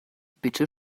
bitte